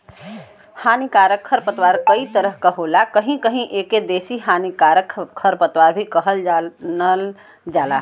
हानिकारक खरपतवार कई तरह क होला कहीं कहीं एके देसी हानिकारक खरपतवार भी जानल जाला